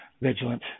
vigilant